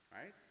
right